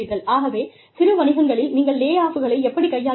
அதுவே சிறு வணிகங்களில் நீங்கள் லே ஆஃப்களை எப்படிக் கையாளுவீர்கள்